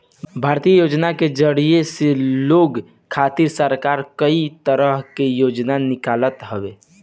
भारतीय योजना के जरिया से लोग खातिर सरकार कई तरह के योजना निकालत हवे